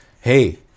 hey